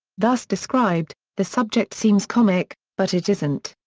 thus described, the subject seems comic, but it isn't.